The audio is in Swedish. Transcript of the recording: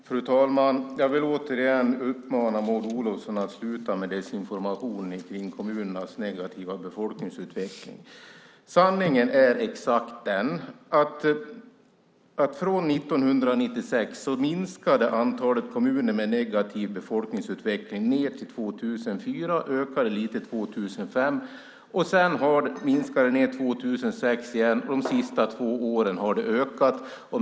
Fru talman! Jag vill återigen uppmana Maud Olofsson att sluta med desinformation om kommunernas negativa befolkningsutveckling. Sanningen är att från 1996 till 2004 minskade antalet kommuner med negativ befolkningsutveckling. De ökade lite 2005. De minskade 2006 igen. De senaste två åren har de ökat.